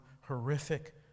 horrific